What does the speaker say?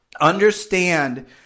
Understand